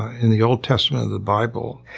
ah in the old testament of the bible.